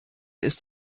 ist